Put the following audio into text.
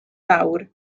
fawr